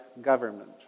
government